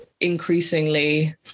increasingly